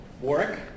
Warwick